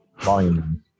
Volume